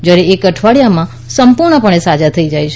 જ્યારે એક અઠવાડિયામાં સંપૂર્ણપણે સાજા થઈ જાય છે